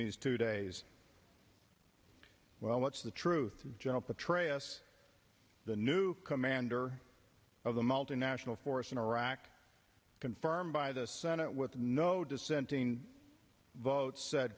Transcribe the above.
these two days well that's the truth and general petraeus the new commander of the multinational force in iraq confirmed by the senate with no dissenting vote said